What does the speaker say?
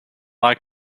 like